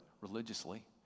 religiously